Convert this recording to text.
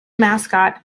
mascot